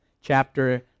Chapter